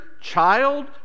child